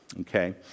Okay